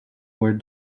were